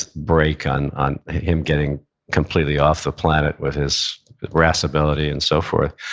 break on on him getting completely off the planet with his irascibility and so forth.